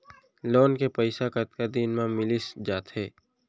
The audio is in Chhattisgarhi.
लोन के पइसा कतका दिन मा मिलिस जाथे?